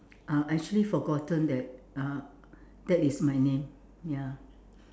uh I actually forgotten that uh that is my name ya